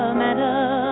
matter